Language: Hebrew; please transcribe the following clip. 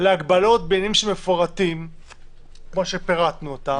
להגבלות בעניינים כמו שפירטנו אותם,